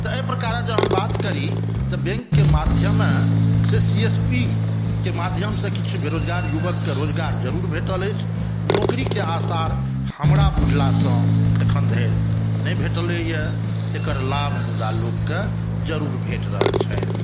तऽ एहि प्रकारके जे हम बात करी तऽ बैंककेॅं माध्यमे से सी एस पीके माध्यमसॅं किछु बेरोज़गार युवककेॅं रोज़गार ज़रूर भेटल अछि नौकरीके आसार हमरा बुझलासे अखन धरि नहि भेटलै यऽ एकर लाभ मुदा लोकके ज़रूर भेंट रहल छैन